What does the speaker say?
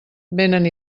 vénen